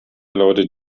lautet